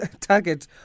target